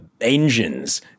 engines